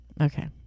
Okay